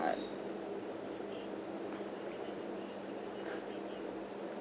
card